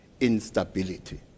instability